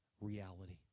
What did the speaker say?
reality